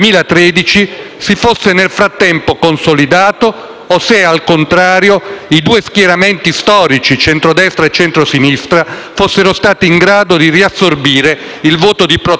o se, al contrario, i due schieramenti storici - centrodestra e centrosinistra - fossero stati in grado di riassorbire il voto di protesta confluito sul Movimento 5 Stelle,